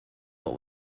what